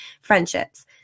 friendships